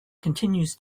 continues